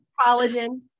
collagen